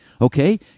Okay